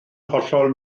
hollol